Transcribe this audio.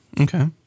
Okay